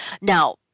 now